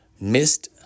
Missed